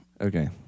Okay